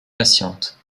patiente